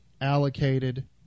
allocated